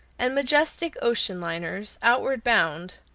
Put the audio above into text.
and majestic ocean liners, outward bound,